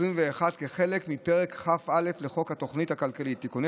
כחלק מפרק כ"א לחוק התוכנית הכלכלית (תיקוני